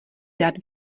dát